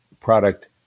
product